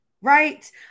right